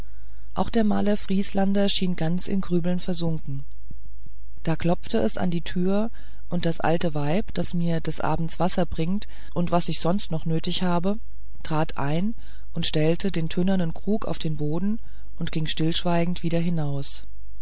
auch der maler vrieslander schien ganz in grübeln versunken da klopfte es an die türe und das alte weib das mir des abends wasser bringt und was ich sonst noch nötig habe trat ein stellte den tönernen krug auf den boden und ging stillschweigend wieder hinaus